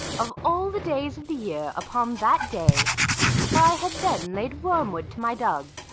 of all the days of the year, upon that day for i had then laid wormwood to my dug,